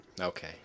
Okay